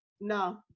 No